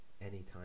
anytime